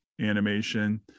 animation